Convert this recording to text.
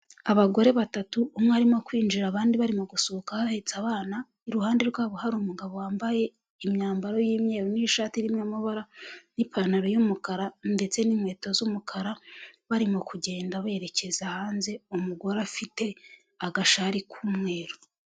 Abagore batatu umwe arimo kwinjira, abandi barimo gusohoka bahetse abana, iruhande rwabo hari umugabo wambaye imyambaro y'umweru n'ishati irimo amabara n'ipantaro y'umukara ndetse n'inkweto z'umukara, barimo kugenda berekeza hanze, umugore afite agashari k'umweru.